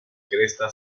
cresta